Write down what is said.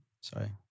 sorry